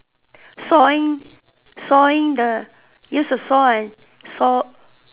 sawing sawing the use the saw and saw